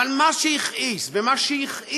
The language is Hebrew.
אבל מה שהכעיס, ומה שהכאיב,